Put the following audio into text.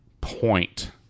point